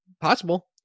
possible